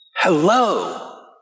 Hello